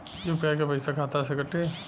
UPI क पैसा खाता से कटी?